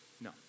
no